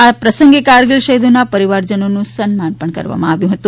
આ પ્રસંગે કારગીલ શહીદોના પરિવારજનોનું સન્માન પણ કરવામાં આવ્યું હતું